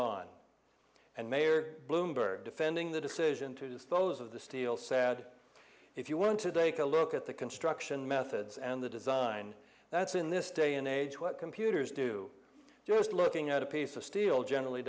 on and mayor bloomberg defending the decision to dispose of the steel said if you wanted a colloq at the construction methods and the design that's in this day and age what computers do just looking at a piece of steel generally